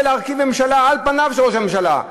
להרכיב ממשלה על פניו של ראש הממשלה.